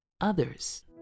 others